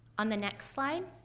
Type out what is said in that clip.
on the next slide,